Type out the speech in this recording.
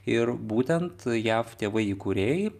ir būtent jav tėvai įkūrėjai